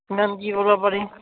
কিমান কি কৰিব পাৰি